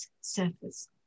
surface